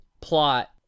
plot